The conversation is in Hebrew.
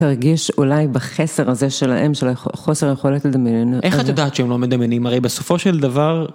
תרגיש אולי בחסר הזה שלהם, של החוסר היכולת לדמיין. איך את יודעת שהם לא מדמיינים? הרי בסופו של דבר...